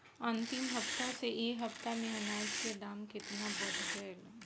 अंतिम हफ्ता से ए हफ्ता मे अनाज के दाम केतना बढ़ गएल?